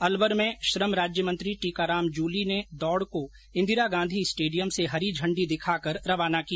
अलवर में श्रम राज्यमंत्री टीकाराम जूली ने दौड़ को इंदिरा गांधी स्टेडियम से हरी झंडी दिखाकर रवाना किया